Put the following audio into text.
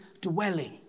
dwelling